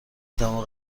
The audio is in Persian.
تمام